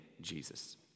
Jesus